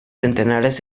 centenares